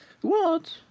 What